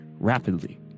rapidly